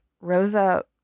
Rosa